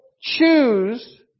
Choose